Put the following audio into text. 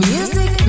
Music